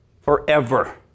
forever